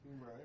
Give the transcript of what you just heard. Right